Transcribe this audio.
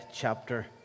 chapter